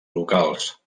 locals